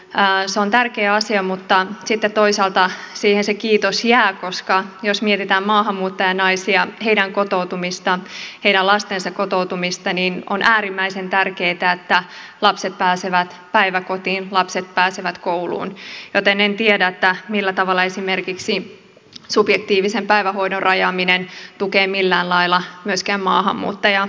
se on tärkeä asia mutta sitten toisaalta siihen se kiitos jää koska jos mietitään maahanmuuttajanaisia heidän kotoutumistaan heidän lastensa kotoutumista niin on äärimmäisen tärkeätä että lapset pääsevät päiväkotiin lapset pääsevät kouluun joten en tiedä millä tavalla esimerkiksi subjektiivisen päivähoito oikeuden rajaaminen tukee millään lailla myöskään maahanmuuttajanaisia